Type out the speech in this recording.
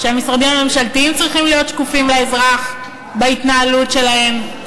שהמשרדים הממשלתיים צריכים להיות שקופים לאזרח בהתנהלות שלהם.